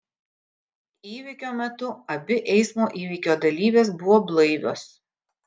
įvykio metu abi eismo įvykio dalyvės buvo blaivios